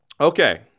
Okay